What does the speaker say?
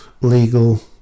legal